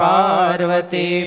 Parvati